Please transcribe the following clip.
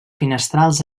finestrals